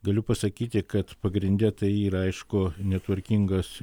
galiu pasakyti kad pagrinde tai yra aišku netvarkingas